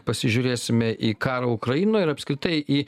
pasižiūrėsime į karą ukrainoj ir apskritai į